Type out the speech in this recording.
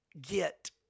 get